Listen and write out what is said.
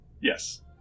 Yes